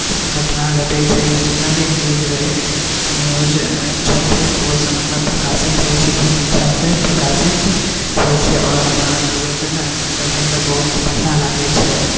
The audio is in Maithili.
घटना घटै छै जतना भी न्यूज रहै न्यूज छथिन ओहि सबमे प्रकाशित होइ छै बहुत अच्छासँ प्रकाशित होइ छै आओर हमरा लोकके ने पढ़ैमे बहुत बढ़िआँ लागै छलै